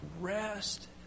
rest